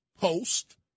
post